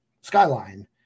skyline